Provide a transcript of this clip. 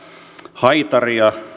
haitaria